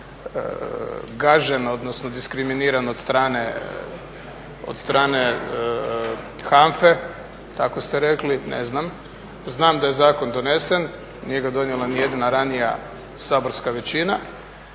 gažen odnosno diskriminiran od strane HANFA-e, tako ste rekli, ne znam. Znam da je zakon donesen, nije ga donijela …/Govornik se ne razumije./… ranija saborska većina.